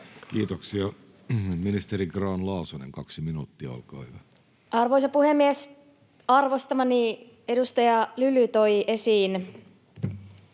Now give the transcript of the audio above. Kiitoksia. — Ministeri Grahn-Laasonen, kaksi minuuttia, olkaa hyvä. Arvoisa puhemies! Arvostamani edustaja Lyly toi esiin